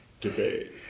debate